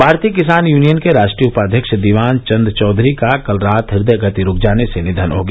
भारतीय किसान यूनियन के राष्ट्रीय उपाध्यक्ष दीवान चंद चौधरी का कल रात हृदय गति रुक जाने से निधन हो गया